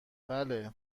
بله